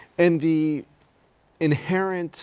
and the inherent